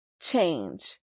change